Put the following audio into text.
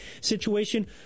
situation